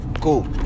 Cool